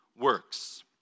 works